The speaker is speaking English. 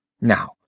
Now